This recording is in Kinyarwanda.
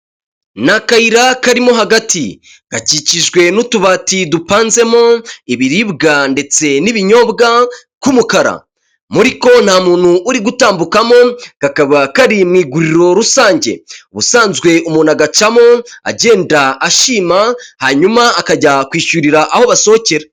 Ni akayira karimo hagati, gakikijwe n'utubati dupanzemo ibiribwa ndetse n'ibinyobwa k'umukara. Muri ko nta muntu uri gutambukamo kakaba kari mu iguriro rusange. Ubusanzwe umuntu agacamo agenda ashima hanyuma, akajya kwishyurira aho basohokera.